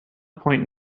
point